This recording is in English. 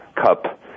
cup